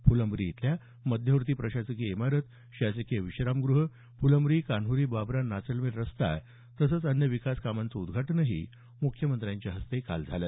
फुलंब्री इथल्या मध्यवर्ती प्रशासकीय इमारत शासकीय विश्रामग़ह फुलंब्री कान्होरी बाबरा नाचनवेल रस्ता तसंच अन्य विकास कामांचं उद्घाटनही मुख्यमंत्र्यांच्या हस्ते काल झालं